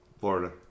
Florida